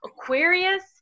aquarius